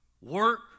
work